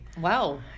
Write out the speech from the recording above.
Wow